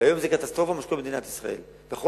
והיום מה שקורה במדינת ישראל זה קטסטרופה.